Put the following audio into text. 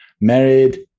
Married